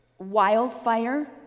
wildfire